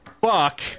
fuck